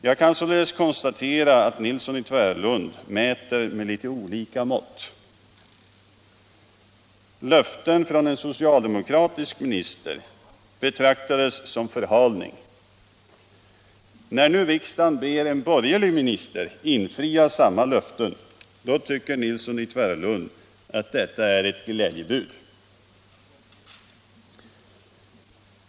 Jag kan således konstatera att herr Nilsson i Tvärålund mäter med olika mått. Löften från en socialdemokratisk minister betraktas som förhalning. När nu riksdagen ber en borgerlig minister infria samma löfte, då tycker herr Nilsson att detta är ett glädjebud.